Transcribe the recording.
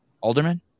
alderman